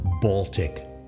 Baltic